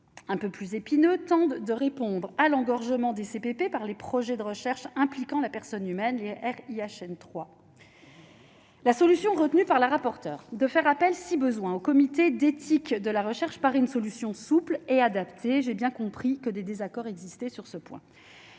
un peu plus épineux tente de répondre à l'engorgement des CPP par les projets de recherche impliquant la personne humaine R il y a chaîne 3 la solution retenue par la rapporteure de faire appel si besoin au comité d'éthique de la recherche par une solution souple et adaptée, j'ai bien compris que des désaccords existaient sur ce point,